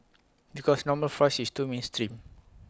because normal fries is too mainstream